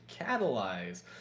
catalyze